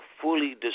fully